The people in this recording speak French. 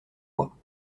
moi